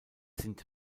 sind